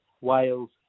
Wales